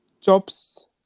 jobs